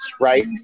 right